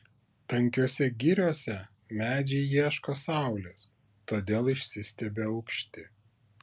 tankiose giriose medžiai ieško saulės todėl išsistiebia aukšti